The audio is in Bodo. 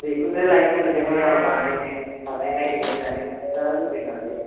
ए बेखौनो लायनो नागेरदोंहाय आं बानायनो बानाय नायनो होननानै मानसिफ्रा होनदोंनालाय